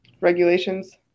regulations